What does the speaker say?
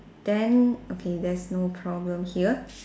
then okay there's no problem here